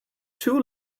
too